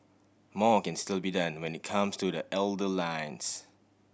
more can still be done when it comes to the older lines